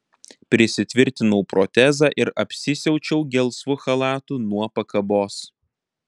prisitvirtinau protezą ir apsisiaučiau gelsvu chalatu nuo pakabos